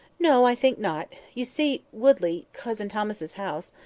no, i think not. you see woodley, cousin thomas's house,